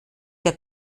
der